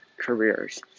careers